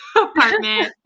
apartment